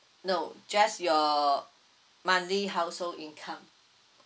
no just your monthly household income